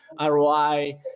ROI